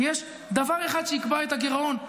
כי יש דבר אחד שיקבע את הגירעון,